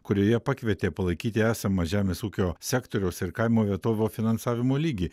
kurioje pakvietė palaikyti esamą žemės ūkio sektoriaus ir kaimo vietovių finansavimo lygį